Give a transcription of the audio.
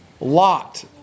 Lot